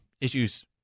issues